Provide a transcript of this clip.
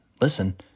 listen